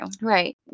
Right